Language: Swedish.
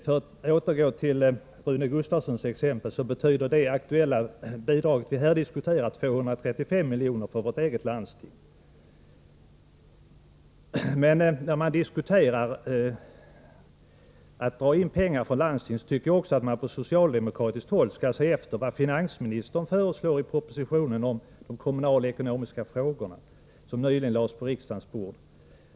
För att återgå till Rune Gustavssons exempel betyder det aktuella bidrag vi här diskuterar 235 miljoner för mitt eget landsting. När man diskuterar att dra in pengar från landstinget tycker jag att man från socialdemokratiskt håll skall se efter vad finansministern föreslår i propositionen om de kommunalekonomiska frågorna som nyligen lades på riksdagens bord.